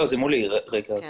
לא, זה מולי, אני